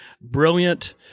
brilliant